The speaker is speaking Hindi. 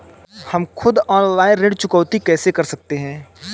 हम खुद ऑनलाइन ऋण चुकौती कैसे कर सकते हैं?